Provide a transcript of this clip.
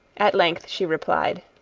at length she replied